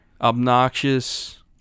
obnoxious